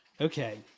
okay